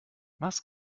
was